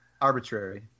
Arbitrary